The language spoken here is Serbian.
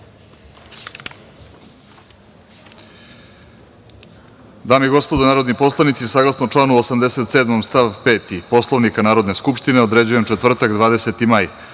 i gospodo narodni poslanici, saglasno članu 87. stav 5. Poslovnika Narodne skupštine, određujem četvrtak 20. maj